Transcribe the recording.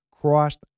crossed